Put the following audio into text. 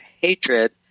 hatred